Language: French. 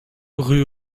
rue